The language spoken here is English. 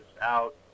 out